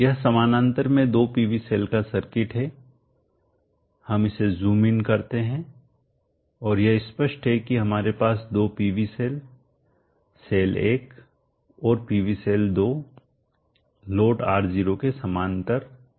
यह समानांतर में 2 पीवी सेल का सर्किट है हम इसे ज़ूम इन करते हैं और यह स्पष्ट है कि हमारे पास दो PV सेल सेल 1और PV सेल 2 लोड R0 के समांतर में हैं